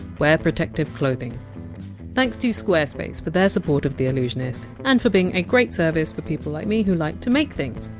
wear protective clothing thanks to squarespace for their support of the allusionist, and for being a great service for people like me who like to make things.